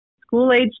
School-age